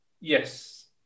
Yes